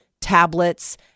tablets